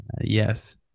Yes